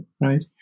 Right